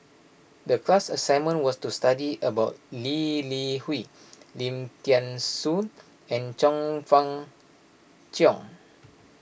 the class assignment was to study about Lee Li Hui Lim thean Soo and Chong Fah Cheong